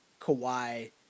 Kawhi